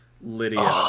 Lydia